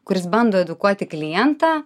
kuris bando edukuoti klientą